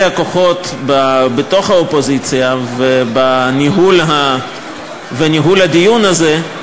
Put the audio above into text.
הכוחות בתוך האופוזיציה ובניהול הדיון הזה,